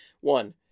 one